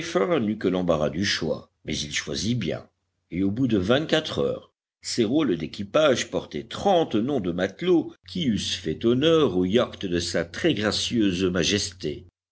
que l'embarras du choix mais il choisit bien et au bout de vingt-quatre heures ses rôles d'équipage portaient trente noms de matelots qui eussent fait honneur au yacht de sa très gracieuse majesté